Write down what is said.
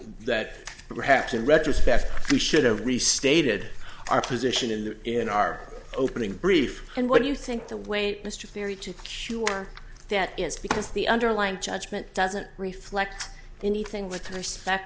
that perhaps in retrospect we should have restated our position in the in our opening brief and what do you think the weight mr theory to cure that is because the underlying judgment doesn't reflect anything with respect